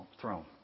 throne